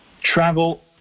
travel